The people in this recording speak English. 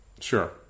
Sure